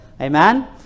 amen